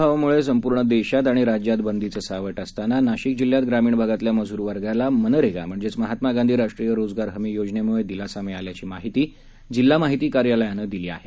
corona प्रादुर्भावामुळे संपूर्ण देशात आणि राज्यात बंदीचं सावट असताना नाशिक जिल्ह्यात ग्रामीण भागातल्या मजूर वर्गाला मनरेगा म्हणजेच महात्मा गांधी राष्ट्रीय रोजगार हमी योजनेमुळे दिलासा मिळाल्याची माहिती जिल्हा माहिती कार्यालयानं दिली आहे